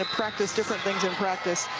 ah practice different things in practice